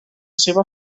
seva